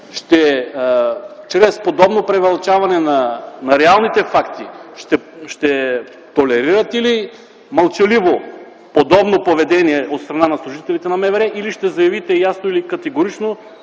чрез подобно премълчаване на реалните факти ще толерирате ли мълчаливо подобно поведение от страна на служителите на МВР или ще заявите ясно и категорично,